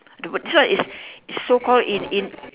the word this one is so called in in